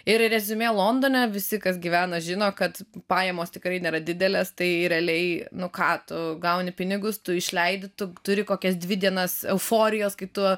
ir reziumė londone visi kas gyvena žino kad pajamos tikrai nėra didelės tai realiai nu ką tu gauni pinigus tu išleidi tu turi kokias dvi dienas euforijos kai tu